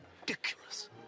ridiculous